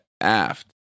aft